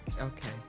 okay